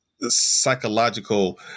psychological